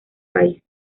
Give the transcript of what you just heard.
país